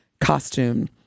costume